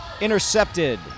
intercepted